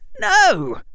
No